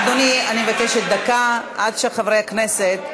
אדוני, אני מבקשת דקה עד שחברי הכנסת לא,